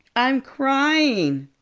i'm crying,